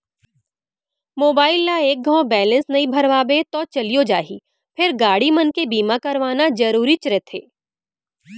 mobile ल एक घौं बैलेंस नइ भरवाबे तौ चलियो जाही फेर गाड़ी मन के बीमा करवाना जरूरीच रथे